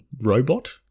robot